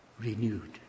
renewed